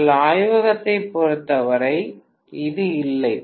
எங்கள் ஆய்வகத்தைப் பொறுத்தவரை இது இல்லை